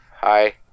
Hi